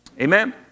Amen